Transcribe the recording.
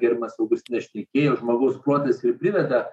ir pirma augustinas šnekėjo žmogaus protas ir priveda